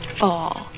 fall